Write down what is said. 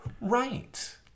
Right